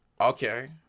Okay